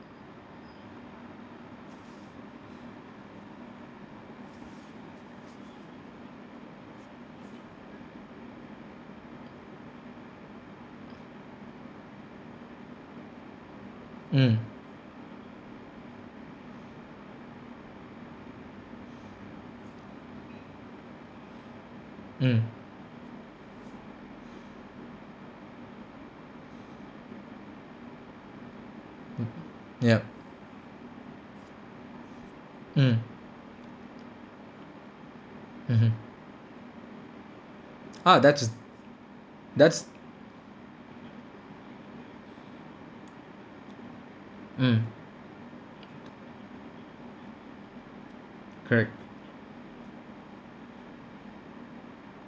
mm mm mmhmm yup mm mmhmm ah that's that's mm correct